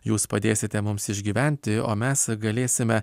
jūs padėsite mums išgyventi o mes galėsime